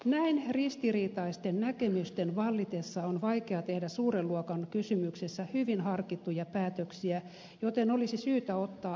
näin ristiriitaisten näkemysten vallitessa on vaikea tehdä suuren luokan kysymyksessä hyvin harkittuja päätöksiä joten olisi syytä ottaa aikalisä